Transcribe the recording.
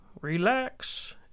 relax